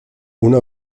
una